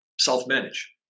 self-manage